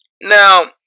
Now